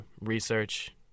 research